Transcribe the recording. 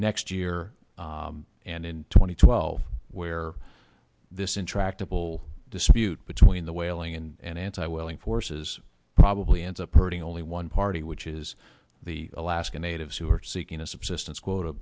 next year and in two thousand and twelve where this intractable dispute between the whaling and anti whaling forces probably ends up hurting only one party which is the alaskan natives who are seeking a subsistence quota